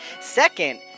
second